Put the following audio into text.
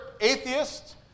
atheists